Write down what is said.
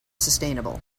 sustainable